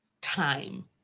time